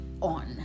on